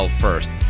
first